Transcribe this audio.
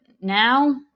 now